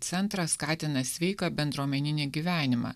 centras skatina sveiką bendruomeninį gyvenimą